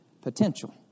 potential